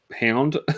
Hound